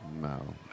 No